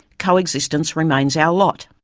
co-existence remains our lot.